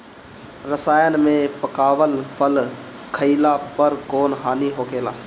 रसायन से पकावल फल खइला पर कौन हानि होखेला?